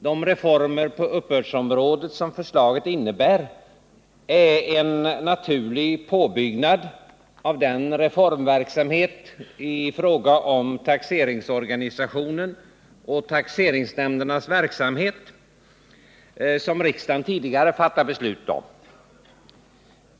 De reformer på uppbördsområdet som förslaget innebär är en naturlig påbyggnad av den reformverksamhet i fråga om taxeringsorganisationen och taxeringsnämndernas verksamhet som riksdagen tidigare fattat beslut om.